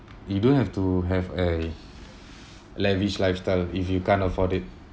you don't have to have a lavish lifestyle if you can't afford it